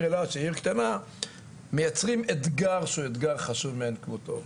אילת שהיא עיר קטנה מייצרים אתגר שהוא אתגר חשוב מאין כמותו.